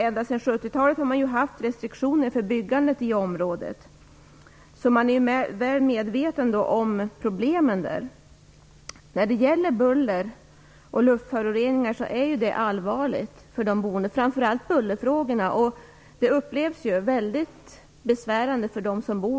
Ända sedan 70-talet har det förekommit restriktioner för byggandet i området, och man är där väl medveten om problemen. Buller och luftföroreningar är allvarliga störningar för de boende, framför allt bullret, som upplevs som mycket besvärande för dessa.